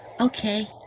Okay